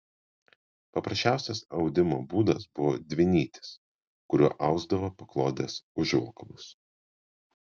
paprasčiausias audimo būdas buvo dvinytis kuriuo ausdavo paklodes užvalkalus